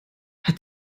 hat